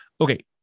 Okay